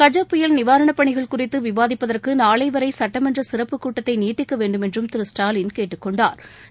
கஜ புயல் நிவாரணப் பணிகள் குறித்து விவாதிப்பதற்கு நாளை வரை சட்டமன்ற சிறப்புக் கூட்டத்தை நீட்டிக்க வேண்டுமென்றும் திரு ஸ்டாலின் கேட்டுக் கொண்டாா்